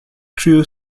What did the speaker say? threw